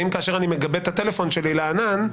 האם כאשר אני מגבה את הטלפון שלי לענן,